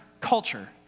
culture